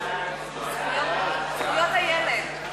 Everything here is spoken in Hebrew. זכויות הילד.